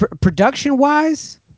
production-wise